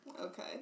Okay